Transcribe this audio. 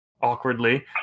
awkwardly